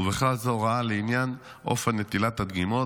ובכלל זה הוראות לעניין אופן נטילת הדגימות.